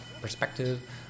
perspective